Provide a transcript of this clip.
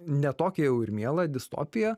ne tokia jau ir miela distopija